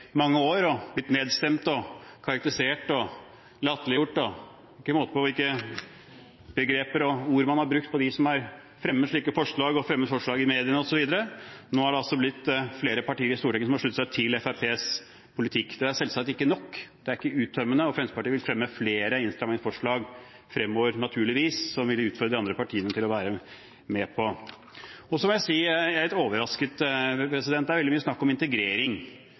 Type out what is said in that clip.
mange år, og blitt nedstemt og karakterisert og latterliggjort. Det er ikke måte på hvilke begreper og ord man har brukt på dem som har fremmet slike forslag, og fremmet forslag i mediene osv. Nå er det altså blitt flere partier i Stortinget som har sluttet seg til Fremskrittspartiets politikk. Det er selvsagt ikke nok, det er ikke uttømmende, og Fremskrittspartiet vil fremme flere innstramningsforslag fremover, naturligvis, som vi vil utfordre de andre partiene til å være med på. Og så må jeg si at jeg er litt overrasket. Det er veldig mye snakk om integrering,